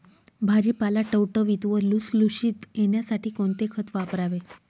भाजीपाला टवटवीत व लुसलुशीत येण्यासाठी कोणते खत वापरावे?